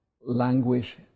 language